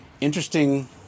interesting